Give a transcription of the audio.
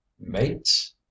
mates